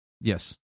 Yes